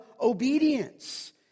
obedience